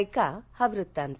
ऐका हा वृत्तांत